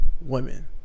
women